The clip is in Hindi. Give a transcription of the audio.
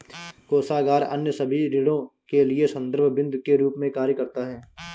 कोषागार अन्य सभी ऋणों के लिए संदर्भ बिन्दु के रूप में कार्य करता है